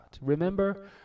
Remember